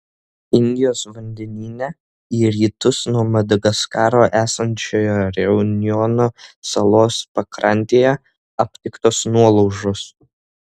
indijos vandenyne į rytus nuo madagaskaro esančioje reunjono salos pakrantėje aptiktos nuolaužos